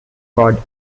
god